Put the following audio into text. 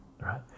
right